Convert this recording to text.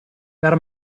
per